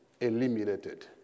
eliminated